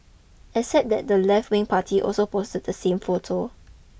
except that the left wing party also posted the same photo